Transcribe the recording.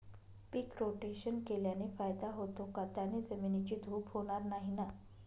पीक rotation केल्याने फायदा होतो का? त्याने जमिनीची धूप होणार नाही ना?